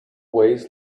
ways